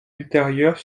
ultérieures